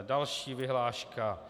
Další vyhláška.